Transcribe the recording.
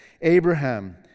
Abraham